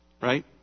right